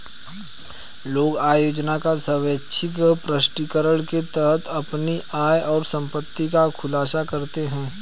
लोग आय योजना का स्वैच्छिक प्रकटीकरण के तहत अपनी आय और संपत्ति का खुलासा करते है